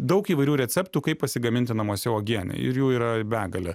daug įvairių receptų kaip pasigaminti namuose uogienę ir jų yra begalė